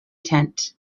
tent